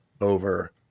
over